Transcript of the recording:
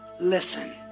listen